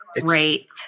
great